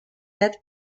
yet